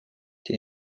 den